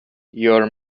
your